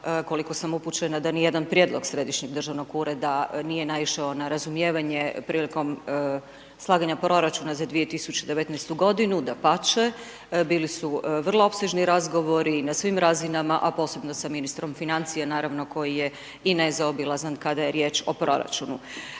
koliko sam upućena, da nijedan prijedlog Središnjeg državnog ureda nije naišao na razumijevanje prilikom slaganje proračuna za 2019. godinu, dapače, bili su vrlo opsežni razgovori, na svim razinama, a posebno sa ministrom financija, naravno, koji je i nezaobilazan, kada je riječ o proračunu.